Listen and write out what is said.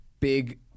big